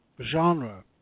genre